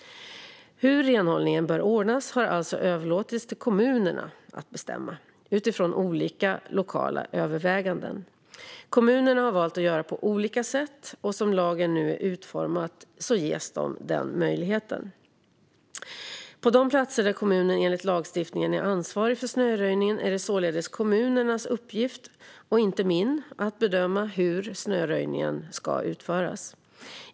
Hur renhållningen bör ordnas har alltså överlåtits till kommunerna att bestämma, utifrån olika lokala överväganden. Kommunerna har valt att göra på olika sätt, och som lagen nu är utformad ges de den möjligheten. På de platser där kommunen enligt lagstiftningen är ansvarig för snöröjningen är det således kommunernas uppgift, och inte min, att bedöma hur snöröjningen ska utföras.